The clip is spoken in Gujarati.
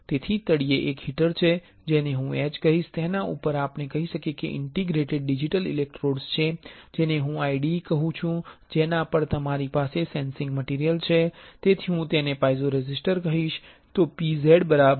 તેથી તળિયે એક હીટર છે જેને હું H કહીશ તેના પર આપણે કહી શકીએ કે ઇન્ટરડિજીટેટેડ ડિજિટલ ઇલેક્ટ્રોડ્સ છે જેને હું IDEs કહુ છું જેના પર તમારી પાસે સેંસિંગ મટીરિયલ છે તેથી હું તેને પાઇઝોરેઝિસ્ટર કહીશ તો PZ બરાબર